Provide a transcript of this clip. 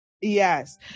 Yes